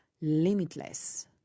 limitless